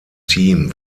team